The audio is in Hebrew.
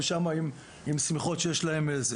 ושם הם עם שמיכות שיש להם.